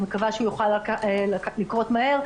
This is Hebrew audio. אני מקווה שהוא יוכל לקרות מהר,